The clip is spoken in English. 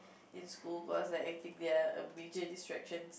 in school cause like I think they are a major distraction